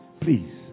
Please